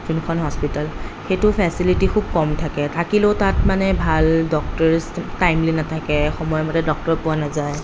যোনখন হস্পিতেল সেইটো ফেচেলিটি খুব ক'ম থাকে থাকিলেও তাত মানে ভাল ডক্তৰেছ টাইমলি নাথাকে সময় মতে ডক্তৰ পোৱা নাযায়